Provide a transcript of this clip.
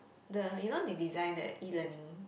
the you know that they design the e-learning